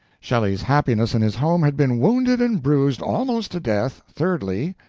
shelley's happiness in his home had been wounded and bruised almost to death, thirdly,